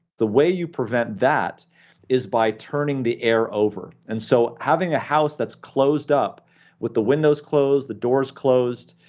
the way you prevent that is by turning the air over, and so having a house that's closed up with the windows closed, the doors closed,